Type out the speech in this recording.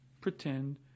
pretend